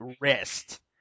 wrist